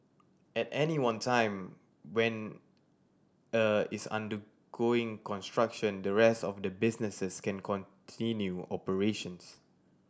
at any one time when a is undergoing construction the rest of the businesses can continue operations